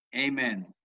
amen